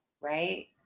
right